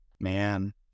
Man